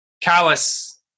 callus